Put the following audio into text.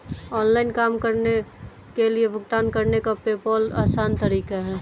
online काम के लिए भुगतान करने का पेपॉल आसान तरीका है